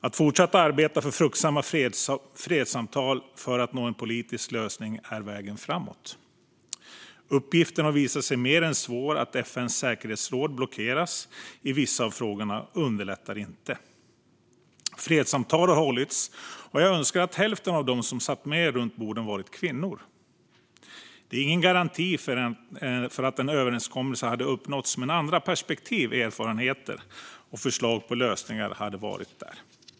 Att fortsätta arbeta för fruktsamma fredssamtal för att nå en politisk lösning är vägen framåt. Uppgiften har visat sig mer än svår. Att FN:s säkerhetsråd blockeras i vissa av frågorna underlättar inte. Fredssamtal har hållits. Och jag önskar att hälften av dem som satt med runt borden varit kvinnor. Det är ingen garanti för att en överenskommelse hade uppnåtts. Men andra perspektiv, erfarenheter och förslag på lösningar hade funnits där.